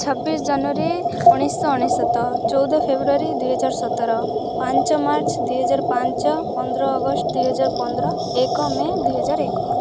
ଛବିଶ ଜାନୁଆରୀ ଉଣେଇଶହ ଅନେଶ୍ୱତ ଚଉଦ ଫେବୃଆରୀ ଦୁଇହଜାର ସତର ପାଞ୍ଚ ମାର୍ଚ୍ଚ ଦୁଇହଜାର ପାଞ୍ଚ ପନ୍ଦର ଅଗଷ୍ଟ ଦୁଇହଜାର ପନ୍ଦର ଏକ ମେ' ଦୁଇହଜାର ଏକ